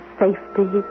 safety